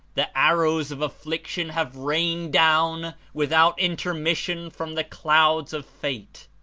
the arrows of affliction have rained down without intermission from the clouds of fate.